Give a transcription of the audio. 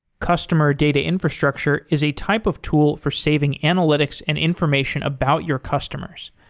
customer data infrastructure is a type of tool for saving analytics and information about your customers.